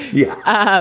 yeah.